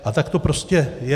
A tak to prostě je.